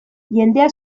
jendea